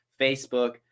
Facebook